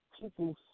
people